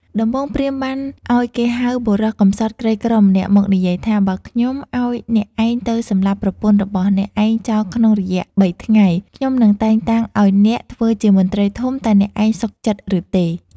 ដំបូងព្រាហ្មណ៍បានឲ្យគេហៅបុរសកម្សត់ក្រីក្រម្នាក់ មកនិយាយថា បើខ្ញុំឲ្យអ្នកឯងទៅសម្លាប់ប្រពន្ធរបស់អ្នកឯងចោលក្នុងរយៈបីថ្ងៃ ខ្ញុំនឹងតែងតាំងឲ្យអ្នកធ្វើជាមន្ត្រីធំ តើអ្នកឯងសុខចិត្តឬទេ ?